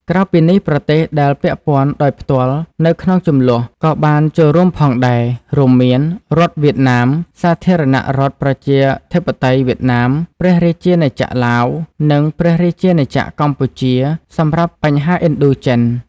ក្រៅពីនេះ ប្រទេសដែលពាក់ព័ន្ធដោយផ្ទាល់នៅក្នុងជម្លោះក៏បានចូលរួមផងដែរ រួមមាន រដ្ឋវៀតណាម សាធារណរដ្ឋប្រជាធិបតេយ្យវៀតណាម ព្រះរាជាណាចក្រឡាវ និង ព្រះរាជាណាចក្រកម្ពុជា សម្រាប់បញ្ហាឥណ្ឌូចិន។